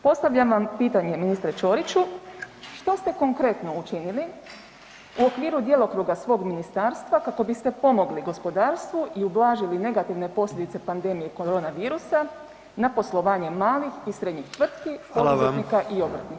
Postavljam vam pitanje ministre Ćoriću, što ste konkretno učinili u okviru djelokruga svog ministarstva kako biste pomogli gospodarstvu i ublažili negativne posljedice pandemije korona virusa na poslovanje malih i srednjih tvrtki [[Upadica: Hvala vam.]] poduzetnika i obrtnika?